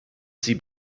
sie